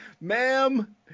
Ma'am